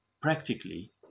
practically